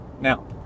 Now